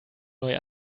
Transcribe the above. neue